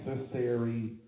necessary